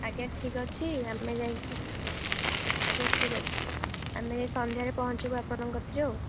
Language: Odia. ଆଜ୍ଞା ଠିକ୍ ଅଛି ଆମେ ଯାଇକି ଆଜ୍ଞା ଠିକ୍ ଅଛି ଆମେ ଯାଇ ସନ୍ଧ୍ୟାରେ ପହଞ୍ଚିବୁ ଆପଣଙ୍କ କତିରେ ଆଉ